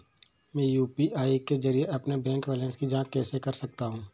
मैं यू.पी.आई के जरिए अपने बैंक बैलेंस की जाँच कैसे कर सकता हूँ?